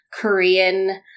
Korean